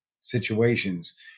situations